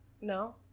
No